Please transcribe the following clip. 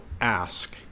ask